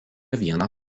vieną